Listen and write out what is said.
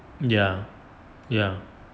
ya ya